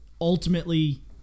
ultimately